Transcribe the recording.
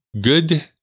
good